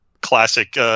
classic